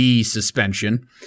suspension